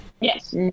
Yes